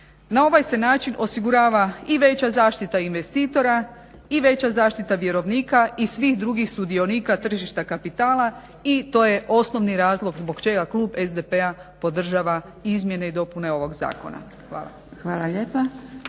Na ovaj se način osigurava i veća zaštita investitora i veća zaštita vjerovnika i svih drugih sudionika tržišta kapitala i to je osnovni razlog zbog čega klub SDP-a podržava izmjene i dopune ovog zakona. Hvala lijepa.